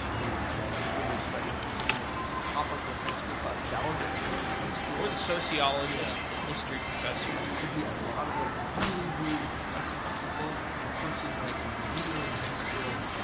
who like literally studied for ten years, who is top of their high school class valedictorian in high school. or the sociologist, the history professor yeah, it could be a lot of like really, really impressive people. the person like when you were in high school,